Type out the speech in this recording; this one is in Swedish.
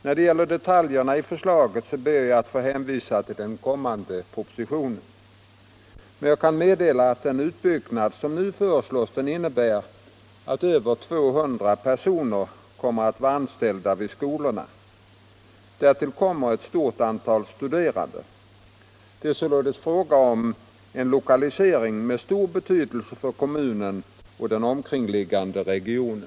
När det gäller detaljerna i förslaget ber jag att få hänvisa till den kommande propositionen. Men jag kan meddela att den utbyggnad som nu föreslås innebär att över 200 personer kommer att vara anställda vid skolorna. Därtill kommer ett stort antal studerande. Det är således fråga om en lokalisering med stor betydelse för kommunen och den omkringliggande regionen.